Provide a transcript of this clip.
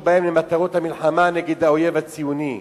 בהם למטרת המלחמה נגד "האויב הציוני",